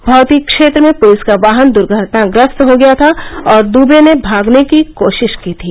भौती क्षेत्र में प्लिस का वाहन द्र्घटनाग्रस्त हो गया था और द्वे ने भागने की कोशिश की थी